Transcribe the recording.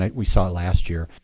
ah we saw it last year.